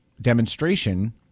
demonstration